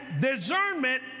discernment